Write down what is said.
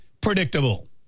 predictable